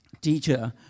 Teacher